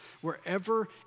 Wherever